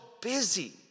busy